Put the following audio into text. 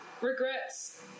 regrets